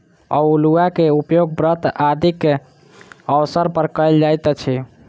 अउलुआ के उपयोग व्रत आदिक अवसर पर कयल जाइत अछि